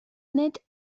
nid